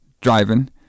Driving